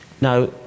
Now